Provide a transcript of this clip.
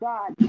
God